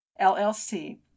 LLC